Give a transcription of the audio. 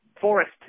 forest